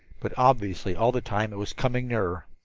but obviously all the time it was coming nearer.